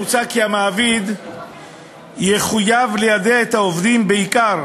מוצע כי המעביד יחויב ליידע את העובדים בעיקר